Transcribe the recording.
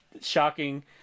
shocking